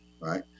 Right